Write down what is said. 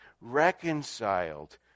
reconciled